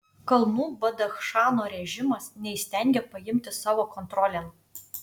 kalnų badachšano režimas neįstengia paimti savo kontrolėn